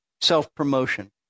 self-promotion